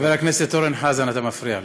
חבר הכנסת אורן חזן, אתה מפריע לי.